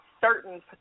certain